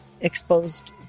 exposed